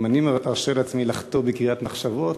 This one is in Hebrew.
גם אני ארשה לעצמי לחטוא בקריאת מחשבות